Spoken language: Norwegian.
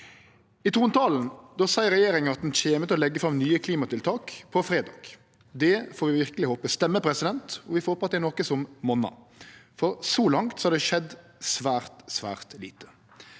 I trontalen seier regjeringa at ho kjem til å leggje fram nye klimatiltak på fredag. Det får vi verkeleg håpe stemmer, og vi får håpe at det er noko som monnar, for så langt har det skjedd svært, svært lite.